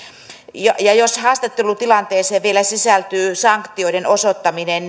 jos haastattelutilanteeseen vielä sisältyy sanktioiden osoittaminen